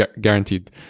guaranteed